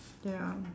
ya